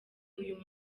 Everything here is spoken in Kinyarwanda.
uyu